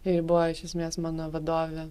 ji ir buvo iš esmės mano vadovė